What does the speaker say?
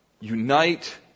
Unite